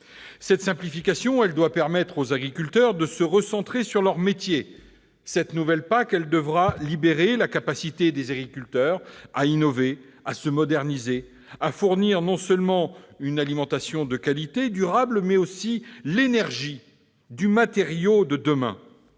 Cette simplification doit permettre aux agriculteurs de se recentrer sur leur métier, et la nouvelle PAC devra libérer leur capacité à innover, à se moderniser, à fournir non seulement une alimentation de qualité et durable, mais aussi l'énergie ou des matériaux de demain.